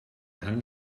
hang